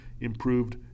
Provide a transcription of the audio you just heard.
improved